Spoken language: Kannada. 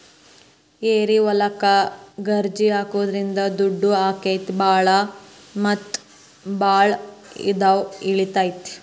ಏರಿಹೊಲಕ್ಕ ಗಜ್ರಿ ಹಾಕುದ್ರಿಂದ ದುಂಡು ಅಕೈತಿ ಮತ್ತ ಬಾಳ ಇಳದು ಇಳಿತೈತಿ